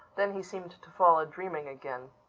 then he seemed to fall a-dreaming again.